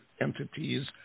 entities